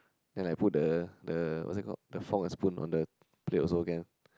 then I put the the what is it called the fork and spoon on the plate also can